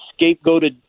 scapegoated